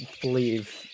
believe